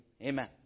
amen